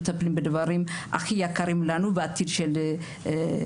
מטפלים בדבר הכי יקר לנו והעתיד של המדינה.